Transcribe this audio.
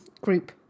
group